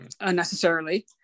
unnecessarily